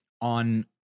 on